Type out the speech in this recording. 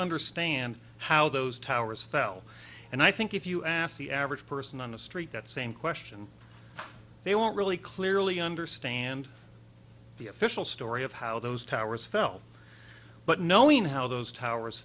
understand how those towers fell and i think if you ask the average person on the street that same question they won't really clearly understand the official story of how those towers fell but knowing how those towers